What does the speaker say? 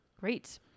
Great